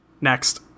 Next